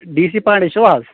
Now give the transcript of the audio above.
D C Pandey چھوا حظ